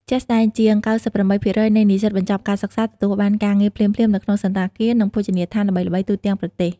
ជាក់ស្ដែង ជាង ៩៨% នៃនិស្សិតបញ្ចប់ការសិក្សាទទួលបានការងារភ្លាមៗនៅក្នុងសណ្ឋាគារ និងភោជនីយដ្ឋានល្បីៗទូទាំងប្រទេស។